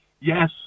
Yes